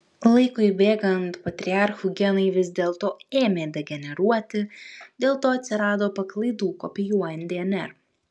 laikui bėgant patriarchų genai vis dėlto ėmė degeneruoti dėl to atsirado paklaidų kopijuojant dnr